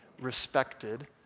respected